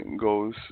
goes